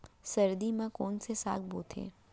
सर्दी मा कोन से साग बोथे?